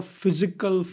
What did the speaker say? physical